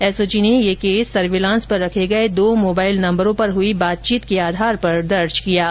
SOG ने यह case surveillance पर रखे गए दो मोबाइल नंबरो पर हुई बातचीत के आधार पर दर्ज किया है